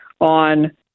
on